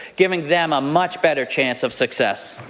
giving them a much better chance of success.